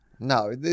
No